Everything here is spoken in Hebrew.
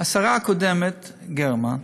השרה הקודמת גרמן,